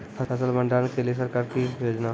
फसल भंडारण के लिए सरकार की योजना?